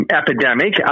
epidemic